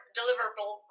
deliverable